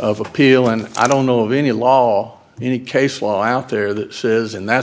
of appeal and i don't know of any law any case law out there that says in that